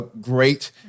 great